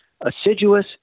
assiduous